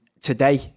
today